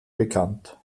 bekannt